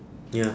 ya